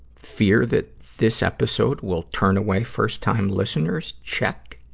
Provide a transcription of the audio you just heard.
fear that this episode will turn away first-time listeners check.